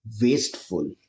wasteful